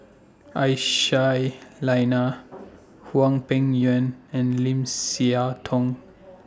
Aisyah Lyana Hwang Peng Yuan and Lim Siah Tong